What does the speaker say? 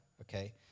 okay